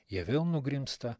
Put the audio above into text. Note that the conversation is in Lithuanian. jie vėl nugrimzta